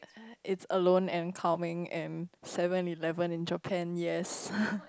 is alone and calming and Seven-Eleven in Japan yes